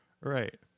Right